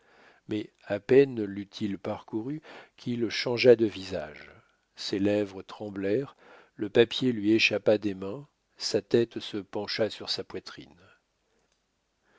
mais à peine l'eut-il parcourue qu'il changea de visage ses lèvres tremblèrent le papier lui échappa des mains sa tête se pencha sur sa poitrine